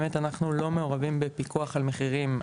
אנחנו לא מעורבים בפיקוח על מחירים.